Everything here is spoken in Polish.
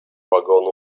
wagonu